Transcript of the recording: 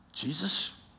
Jesus